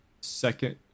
second